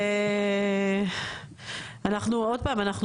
עוד פעם,